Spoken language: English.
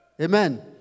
Amen